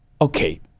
Okay